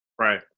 right